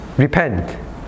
Repent